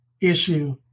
issue